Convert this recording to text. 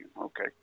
Okay